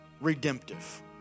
redemptive